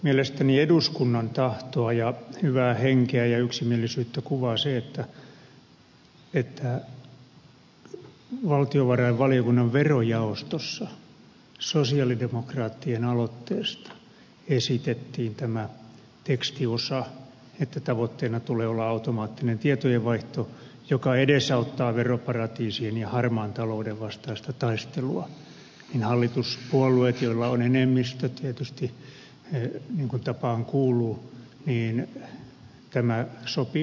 mielestäni eduskunnan tahtoa ja hyvää henkeä ja yksimielisyyttä kuvaa se että valtiovarainvaliokunnan verojaostossa sosialidemokraattien aloitteesta esitettiin tämä tekstiosa että tavoitteena tulee olla automaattinen tietojenvaihto joka edesauttaa veroparatiisien ja harmaan talouden vastaista taistelua ja tämä sopii myöskin hallituspuolueille joilla on tietysti enemmistö niin kuin tapaan kuuluu